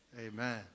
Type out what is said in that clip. Amen